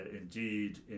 indeed